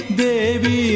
devi